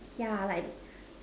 yeah like